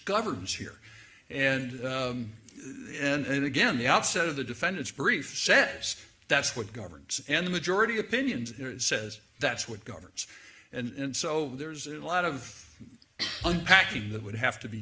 governs here and and again the outset of the defendant's brief says that's what governments and the majority opinions says that's what governs and so there's a lot of unpacking that would have to be